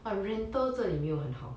but rental 这里没有很好